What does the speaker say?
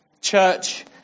Church